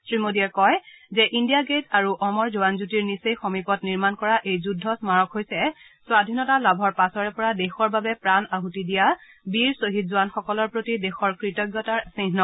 শ্ৰী মোদীয়ে কয় যে ইণ্ডিয়া গেট আৰু অমৰ জোৱান জ্যোতিৰ নিচেই সমীপত নিৰ্মাণ কৰা এই যুদ্ধ স্মাৰক হৈছে স্বধীনতা লাভৰ পাছৰে পৰা দেশৰ বাবে প্ৰাণ আহতি দিয়া বীৰ শ্বহীদ জোৱানসকলৰ প্ৰতি দেশৰ কৃতজ্ঞতাৰ এটা চিহ্ন